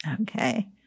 Okay